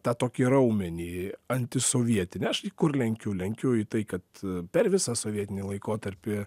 tą tokį raumenį antisovietinį aš kur lenkiu lenkiu į tai kad per visą sovietinį laikotarpį